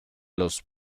los